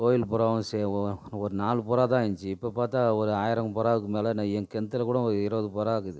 கோயில் புறாவும் சே ஒ ஒரு நாலு புறா தான் இருந்துச்சு இப்போ பார்த்தா ஒரு ஆயிரம் புறாவுக்கு மேல் நான் என் கிணத்துல கூட ஒரு இருவது புறா இருக்குது